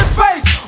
face